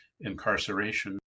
incarceration